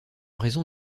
raison